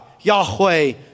Yahweh